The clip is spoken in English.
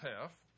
half